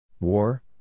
War